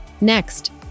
Next